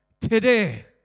today